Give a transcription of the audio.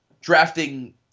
drafting